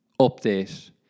update